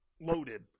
loaded